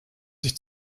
sich